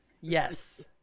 Yes